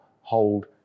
hold